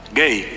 gay